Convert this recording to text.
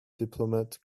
diplomat